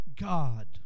God